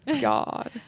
God